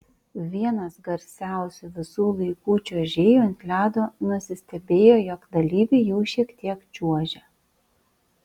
vienas garsiausių visų laikų čiuožėjų ant ledo nusistebėjo jog dalyviai jau šiek tiek čiuožia